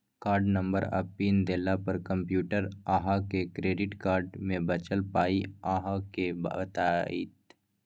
card number आ pin देला पर कंप्यूटर अहाँक क्रेडिट कार्ड मे बचल पाइ अहाँ केँ बताएत